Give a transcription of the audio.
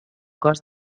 cos